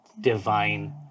divine